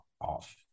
off